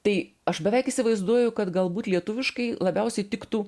tai aš beveik įsivaizduoju kad galbūt lietuviškai labiausiai tiktų